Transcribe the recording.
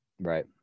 right